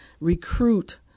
recruit